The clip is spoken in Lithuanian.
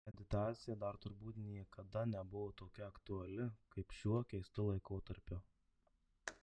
meditacija dar turbūt niekada nebuvo tokia aktuali kaip šiuo keistu laikotarpiu